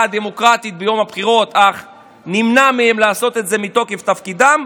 הדמוקרטית ביום הבחירות אך נמנע מהן לעשות את זה מתוקף תפקידן,